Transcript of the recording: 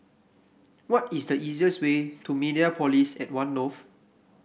what is the easiest way to Mediapolis at One North